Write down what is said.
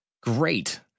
Great